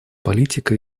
политика